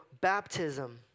baptism